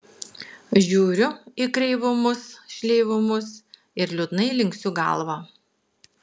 žiūriu į kreivumus šleivumus ir liūdnai linksiu galvą